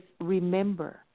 remember